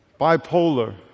bipolar